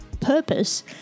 purpose